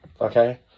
Okay